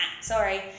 Sorry